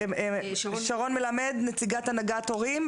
שרון מלמד, נציגת הנהגת הורים,